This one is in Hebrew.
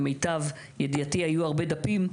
למיטב ידיעתי היו הרבה דפים,